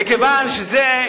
מכיוון שזה,